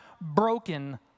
broken